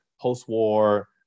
post-war